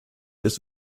des